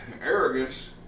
arrogance